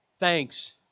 Thanks